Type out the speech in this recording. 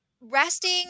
resting